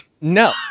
No